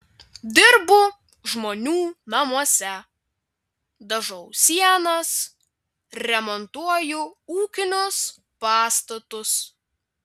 dirbu žmonių namuose dažau sienas remontuoju ūkinius pastatus